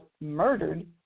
murdered